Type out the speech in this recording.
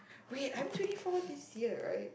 wait I'm twenty four this year right